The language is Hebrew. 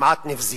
כמעט נבזית.